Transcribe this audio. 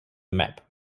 map